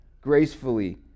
gracefully